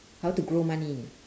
how to grow money